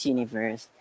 Universe